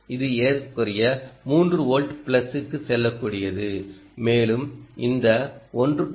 இது ஏறக்குறைய 3 வோல்ட் பிளஸுக்குச் செல்லக்கூடியது மேலும் இந்த 1